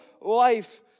life